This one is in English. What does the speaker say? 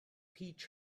peach